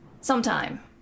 sometime